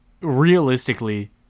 realistically